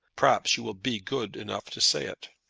perhaps you will be good enough to say it.